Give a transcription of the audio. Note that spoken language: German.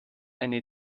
eine